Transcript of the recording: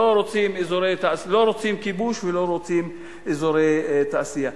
לא רוצים כיבוש ולא רוצים אזורי תעשייה.